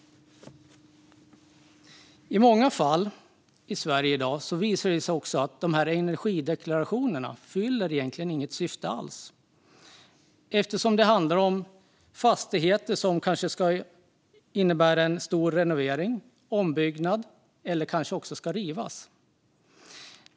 I många fall i Sverige i dag visar det sig också att energideklarationerna egentligen inte fyller något syfte alls, eftersom det handlar om fastigheter som kanske ska genomgå en stor renovering eller ombyggnad eller kanske ska rivas.